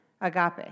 agape